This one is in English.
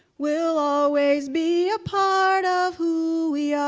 will always be a part of who we